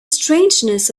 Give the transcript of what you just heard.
strangeness